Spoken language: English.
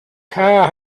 car